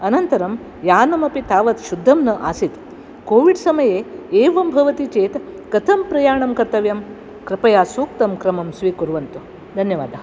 अनन्तरं यानमपि तावत् शुद्धं न आसीत् कोविड् समये एवं भवति चेत् कथं प्रयाणं कर्तव्यं कृपया सूक्तं क्रमं स्वीकुर्वन्तु धन्यवादाः